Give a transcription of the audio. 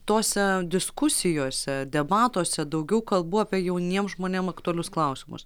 tose diskusijose debatuose daugiau kalbų apie jauniem žmonėm aktualius klausimus